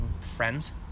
friends